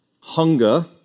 hunger